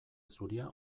zuria